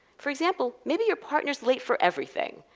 for example, maybe your partner is late for everything.